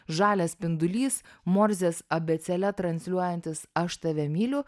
žalias spindulys morzės abėcėle transliuojantis aš tave myliu